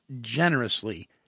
generously